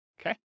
okay